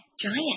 giant